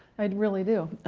i really do.